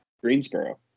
Greensboro